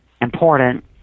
important